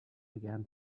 began